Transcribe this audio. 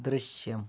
ദൃശ്യം